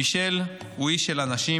מישל הוא איש של אנשים,